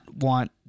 want